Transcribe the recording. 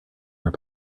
your